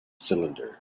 cylinder